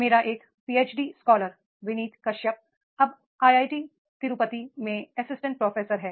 मेरा एक PhD scholar Vineet Kashyap अब आईआईटी तिरुपति में सहायक प्राध्यापक हैं